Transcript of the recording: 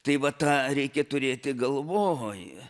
tai va tą reikia turėti galvoj